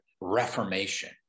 reformation